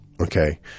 Okay